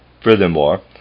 Furthermore